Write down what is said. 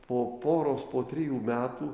po poros po trijų metų